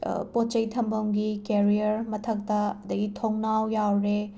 ꯄꯣꯠꯆꯩ ꯊꯝꯐꯝꯒꯤ ꯀꯦꯔꯤꯌꯔ ꯃꯊꯛꯇ ꯑꯗꯒꯤ ꯊꯣꯡꯅꯥꯎ ꯌꯥꯎꯔꯦ